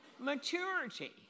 maturity